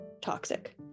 toxic